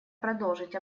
продолжить